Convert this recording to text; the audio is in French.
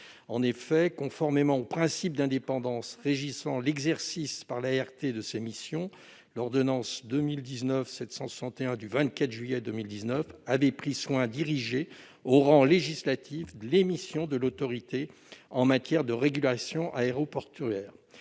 mois. Conformément au principe d'indépendance régissant l'exercice par l'ART de ses missions, l'ordonnance n° 2019-761 du 24 juillet 2019 avait pris soin d'ériger au rang législatif les missions de l'Autorité en matière de régulation aéroportuaire.